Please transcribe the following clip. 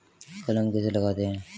कलम कैसे लगाते हैं?